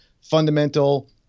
fundamental